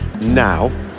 now